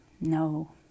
No